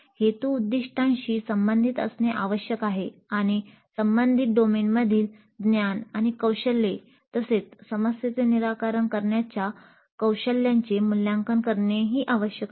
हेतू उद्दीष्टांशी संबंधित असणे आवश्यक आहे आणि संबंधित डोमेनमधील ज्ञान आणि कौशल्याचे तसेच समस्येचे निराकरण करण्याच्या कौशल्यांचे मूल्यांकन करणेही आवश्यक आहे